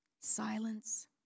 silence